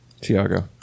Tiago